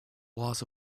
loss